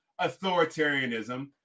authoritarianism